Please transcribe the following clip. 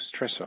stressor